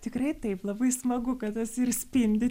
tikrai taip labai smagu kad esi ir spindi